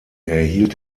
erhielt